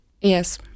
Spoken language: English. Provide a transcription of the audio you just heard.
Yes